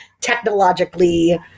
technologically